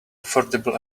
affordable